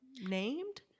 named